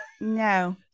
No